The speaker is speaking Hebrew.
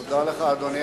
תודה, אדוני